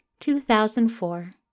2004